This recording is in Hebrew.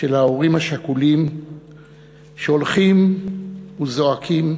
של ההורים השכולים שהולכים וזועקים